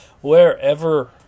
wherever